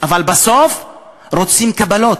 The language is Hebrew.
אבל בסוף רוצים קבלות,